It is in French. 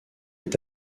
est